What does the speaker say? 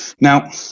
Now